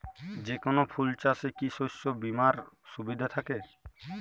যেকোন ফুল চাষে কি শস্য বিমার সুবিধা থাকে?